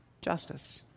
Justice